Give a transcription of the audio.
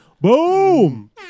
Boom